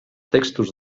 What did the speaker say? textos